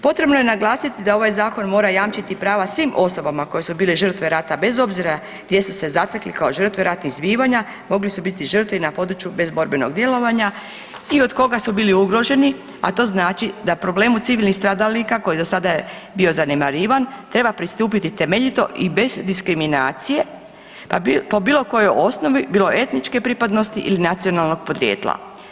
Potrebno je naglasiti da ovaj zakona mora jamčiti svim osobama koje su bile žrtve rata bez obzira gdje su se zatekli kao žrtve ratnih zbivanja, mogli su biti i žrtve bez borbenog djelovanja i od koga su bili ugroženi, a to znači da problemu civilnih stradalnika koji je do sada bio zanemarivan treba pristupiti temeljito i bez diskriminacije po bilo kojoj osnovi, bilo etničke pripadnosti ili nacionalnog podrijetla.